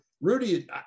Rudy